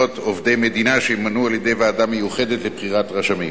להיות עובדי מדינה שימונו על-ידי ועדה מיוחדת לבחירת רשמים.